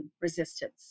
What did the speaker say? resistance